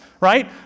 right